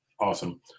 Awesome